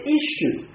issue